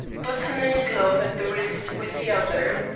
buttoning a glove at the wrist with the other.